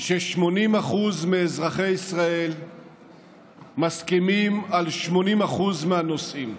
ש-80% מאזרחי ישראל מסכימים על 80% מהנושאים,